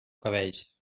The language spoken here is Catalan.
cabells